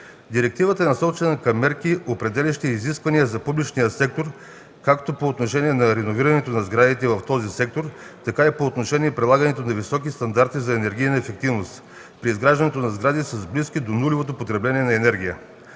Директивата е насочена към мерки, определящи изисквания за публичния сектор – както по отношение на реновирането на сградите в този сектор, така и по отношение прилагането на високи стандарти за енергийна ефективност при изграждането на сгради с близко до нулево потребление на енергия.